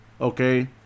Okay